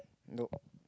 no